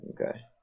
Okay